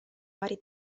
vari